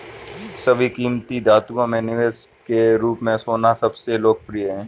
सभी कीमती धातुओं में निवेश के रूप में सोना सबसे लोकप्रिय है